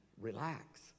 Relax